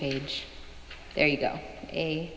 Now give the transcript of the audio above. page there you go